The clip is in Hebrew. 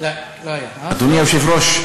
אדוני היושב-ראש,